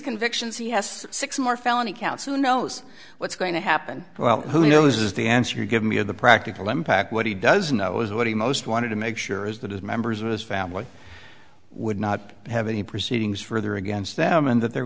convictions he has six more felony counts who knows what's going to happen well who knows is the answer you give me of the practical impact what he doesn't know is what he most wanted to make sure is that his members of his family would not have any proceedings further against them and that there